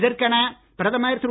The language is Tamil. இதற்கென பிரதமர் திரு